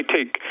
take